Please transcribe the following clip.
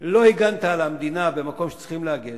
לא הגנת על המדינה במקום שצריכים להגן,